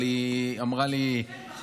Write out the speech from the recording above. אבל היא אמרה לי עצה,